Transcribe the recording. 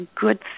good